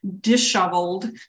disheveled